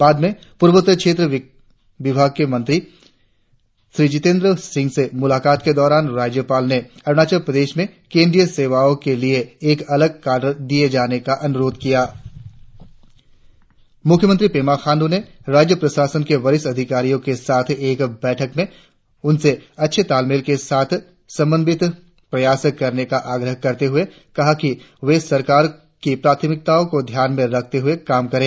बाद में पूर्वोत्तर क्षेत्र विभाग के मंत्री श्री जितेंद्र सिंह से मुलाकात के दौरान राज्यपाल ने अरुणाचल प्रदेश में केंद्रीय सेवाओं के लिए एक अलग काडर दिए जाने का अनुरोध किया मुख्यमंत्री पेमा खाण्डू ने राज्य प्रशासन के वरिष्ठ अधिकारियों के साथ एक बैठक में उनसे अच्छे तालमेल के साथ समन्वित प्रयास करने का आग्रह करते हुए कहा कि वे सरकार की प्राथमिकताओं को ध्यान में रखते हुए काम करे